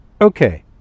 Okay